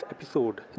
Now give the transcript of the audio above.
episode